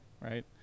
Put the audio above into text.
right